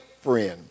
friend